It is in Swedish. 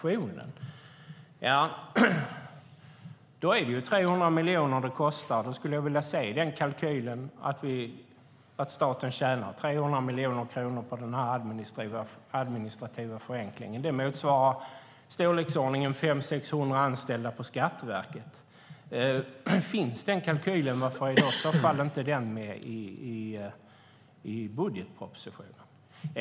Det är 300 miljoner det kostar, och jag skulle vilja se kalkylen som visar att staten tjänar 300 miljoner på den här administrativa förenklingen. Det motsvarar i storleksordningen 500-600 anställda på Skatteverket. Finns den kalkylen? Varför är den i så fall inte med i budgetpropositionen?